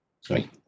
sorry